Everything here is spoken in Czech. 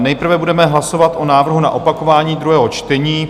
Nejprve budeme hlasovat o návrhu na opakování druhého čtení.